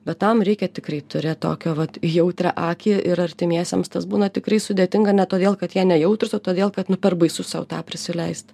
bet tam reikia tikrai turėt tokią vat jautrią akį ir artimiesiems tas būna tikrai sudėtinga ne todėl kad jie nejautrūs o todėl kad nu per baisu sau tą prisileist